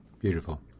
Beautiful